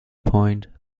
point